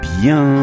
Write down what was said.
bien